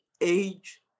age